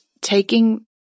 taking